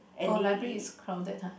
oh library is crowded !huh!